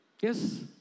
Yes